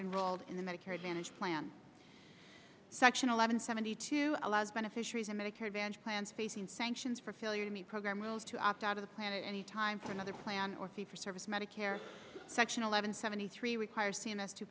enrolled in the medicare advantage plan section eleven seventy two allows beneficiaries of medicare advantage plans facing sanctions for failure to meet program rules to opt out of the planet any time for another plan or fee for service medicare section eleven seventy three require